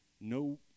no